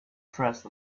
dressed